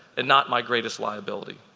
and not my greatest liability.